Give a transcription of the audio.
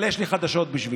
אבל יש לי חדשות בשבילו: